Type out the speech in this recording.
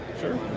sure